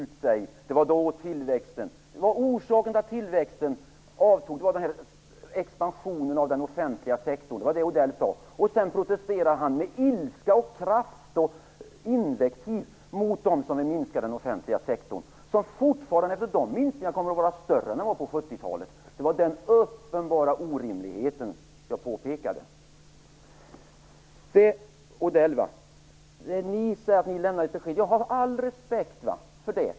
Han pratade också om tillväxten. Orsaken till att tillväxten avtog var expansionen av den offentliga sektorn. Det sade Mats Odell, men sedan protesterar han med ilska och kraft och använder invektiv mot dem som vill minska den offentliga sektorn, vilken även efter de minskningarna kommer att vara större än den var på 70-talet. Den uppenbara orimligheten pekade jag på. Ni säger att ni lämnar ett besked, och jag har all respekt för det.